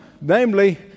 namely